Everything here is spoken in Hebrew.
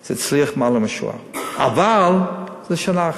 זה הצליח למעלה מהמשוער, אבל לשנה אחת.